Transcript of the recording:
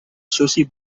sushi